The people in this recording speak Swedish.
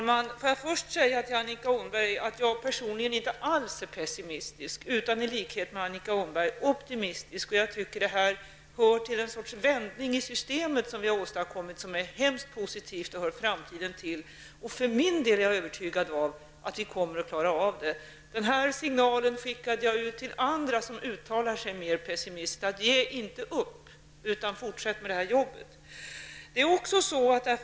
Herr talman! Jag är personligen inte alls pessimistisk, utan i likhet med Annika Åhnberg optimistisk. Jag tycker att detta är ett slags vändning i systemet som vi har åstadkommit. Det är mycket positivt och hör framtiden till. Jag är övertygad om att vi kommer att klara av detta. Jag skickade ut signalen om att inte ge upp utan fortsätta med det här arbetet till andra som uttalar sig mer pessimistiskt.